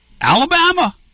Alabama